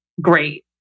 great